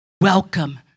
welcome